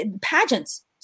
pageants